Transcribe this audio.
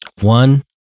One